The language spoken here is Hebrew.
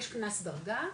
יש קנס דרגה,